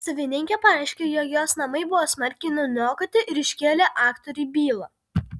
savininkė pareiškė jog jos namai buvo smarkiai nuniokoti ir iškėlė aktoriui bylą